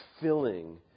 filling